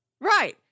Right